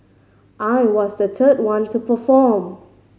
I was the third one to perform